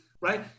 Right